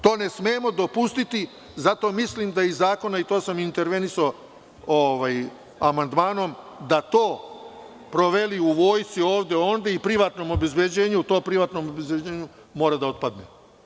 To ne smemo dopustiti, zato mislim da iz zakona, i to sam intervenisao amandmanom, da to proveli u vojsci, ovde, onde i privatnom obezbeđenju, to privatnom obezbeđenju mora da otpadne.